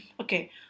okay